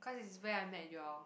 cause is where I met you all